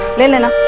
naina,